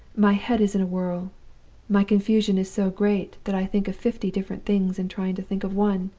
my head is in a whirl my confusion is so great that i think of fifty different things in trying to think of one.